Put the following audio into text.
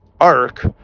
arc